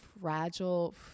fragile